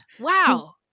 Wow